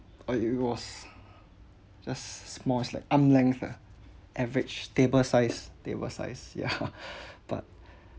oh it it was just smalls like arm length lah average table size table size ya but